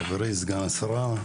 חברי סגן השרה,